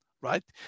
right